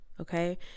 okay